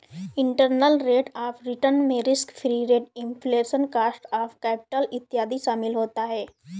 internal rate of return में risk free rate, inflation, cost of capital इत्यादि शामिल होता है